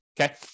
Okay